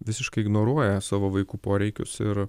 visiškai ignoruoja savo vaikų poreikius ir